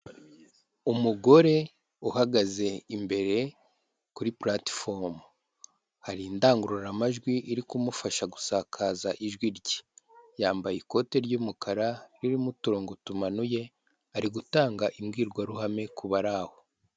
Umugore uhagaze imbere kuri puratifomu, hari indangurura majwi iri kumufasha gusakaza ijwi rye, yambaye ikote ry'umukara ririmo uturongongu tumanuye ari gutanga imbwirwaruhame ku bari aho.